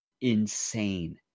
insane